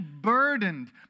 burdened